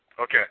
Okay